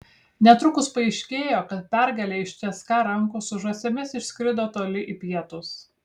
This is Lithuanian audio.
netrukus paaiškėjo kad pergalė iš cska rankų su žąsimis išskrido toli į pietus